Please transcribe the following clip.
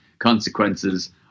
Consequences